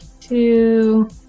Two